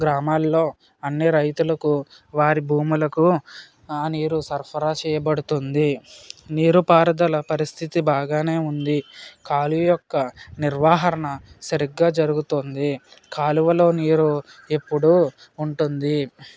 గ్రామాల్లో అన్నీ రైతులకు వారి భూములకు నీరు సరఫరా చేయబడుతుంది నీరు పారుదల పరిస్థితి బాగానే ఉంది కాలీ యొక్క నిర్వహణ సరిగ్గా జరుగుతుంది కాలువలో నీరు ఎప్పుడూ ఉంటుంది